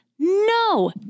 no